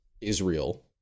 Israel